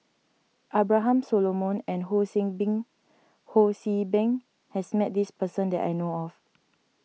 Abraham Solomon and Ho See Beng Ho See Beng has met this person that I know of